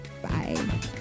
Bye